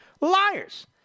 Liars